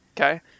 okay